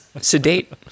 sedate